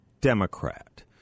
Democrat –